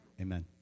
Amen